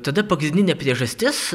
tada pagrindinė priežastis